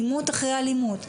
אלימות אחר אלימות.